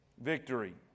victory